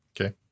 Okay